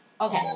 Okay